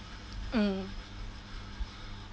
mm